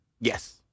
Yes